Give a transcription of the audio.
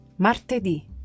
Martedì